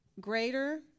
greater